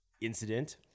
incident